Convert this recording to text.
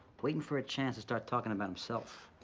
waitin' for a chance to start talking about himself.